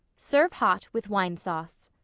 serve hot with wine sauce.